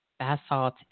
basalt